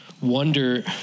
wonder